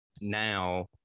now